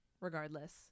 regardless